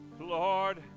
Lord